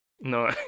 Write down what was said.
no